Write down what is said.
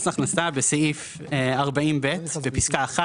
הכנסה בסעיף 40(ב) בפסקה (1),